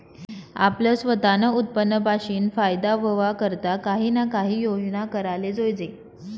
आपलं सवतानं उत्पन्न पाशीन फायदा व्हवा करता काही ना काही योजना कराले जोयजे